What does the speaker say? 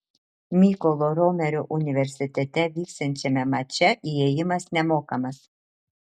mykolo romerio universitete vyksiančiame mače įėjimas nemokamas